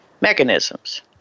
mechanisms